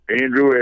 Andrew